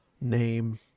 name